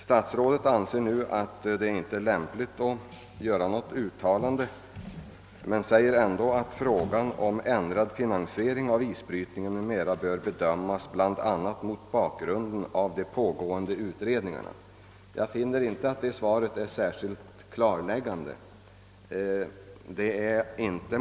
Statsrådet anser nu att det inte är lämpligt att göra något uttalande men säger att frågan om ändrad finansiering av isbrytningen m.m. bör bedömas bland annat mot bakgrunden av de pågående utredningarna. Jag finner inte att det svaret är särskilt klarläggande.